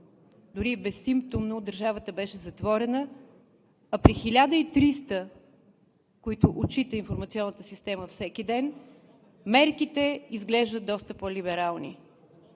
дори безсимптомно, държавата беше затворена, а при 1300, които отчита информационната система всеки ден, мерките изглеждат доста по-либерални?